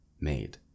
made